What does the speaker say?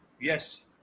Yes